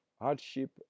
hardship